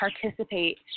participate